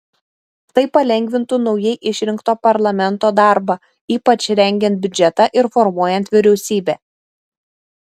tai palengvintų naujai išrinkto parlamento darbą ypač rengiant biudžetą ir formuojant vyriausybę